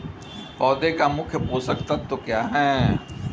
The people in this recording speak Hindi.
पौधे का मुख्य पोषक तत्व क्या हैं?